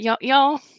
y'all